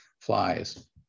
flies